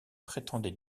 prétendait